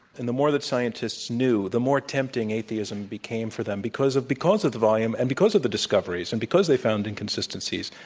and the more that scientists knew, the more tempting atheism became for them because of because of the volume and because of the discoveries, and because they found inconsistencies.